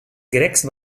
grecs